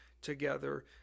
together